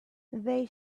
they